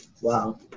Wow